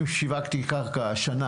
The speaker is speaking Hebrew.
אם שיווקתי קרקע השנה,